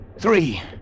Three